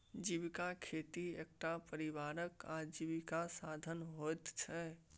जीविका खेती एकटा परिवारक आजीविकाक साधन होइत छै